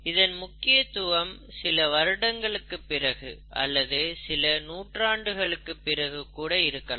இதன் முக்கியத்துவம் சில வருடங்களுக்குப் பிறகு அல்லது சில நூற்றாண்டுகளுக்கு பிறகு கூட இருக்கலாம்